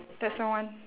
that's the one